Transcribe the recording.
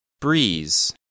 Breeze